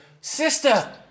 sister